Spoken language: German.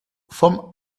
vom